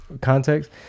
context